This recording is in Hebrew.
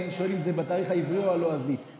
אני שואל אם זה בתאריך העברי או המוסלמי.